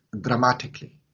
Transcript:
dramatically